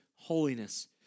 holiness